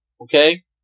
Okay